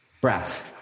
breath